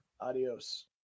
Adios